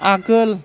आगोल